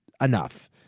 enough